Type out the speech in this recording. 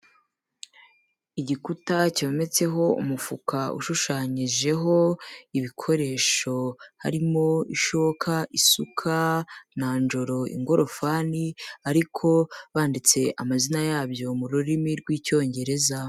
Igikuta cyometseho umufuka ushushanyijeho ibikoresho, harimo ishoka, isuka, nanjoro, ingorofani, ariko banditse amazina yabyo mu rurimi rw'Icyongereza.